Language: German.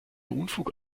unfug